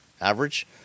average